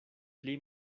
pli